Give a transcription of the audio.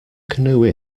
canoe